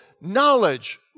knowledge